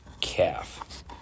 calf